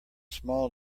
small